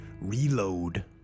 reload